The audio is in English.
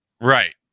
Right